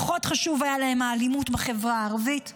פחות חשוב היה להם האלימות בחברה הערבית,